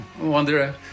wonder